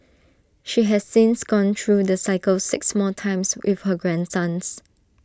she has since gone through the cycle six more times with her grandsons